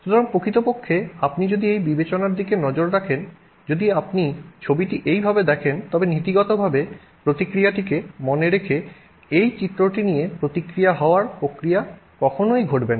সুতরাং প্রকৃতপক্ষে আপনি যদি এই বিবেচনার দিকে নজর রাখেন যদি আপনি ছবিটি এইভাবে দেখেন তবে নীতিগতভাবে প্রতিক্রিয়াটিকে মনে রেখে এই চিত্রটি নিয়ে প্রতিক্রিয়া হওয়ার প্রক্রিয়া কখনই ঘটবে না